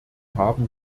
haben